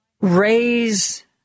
raise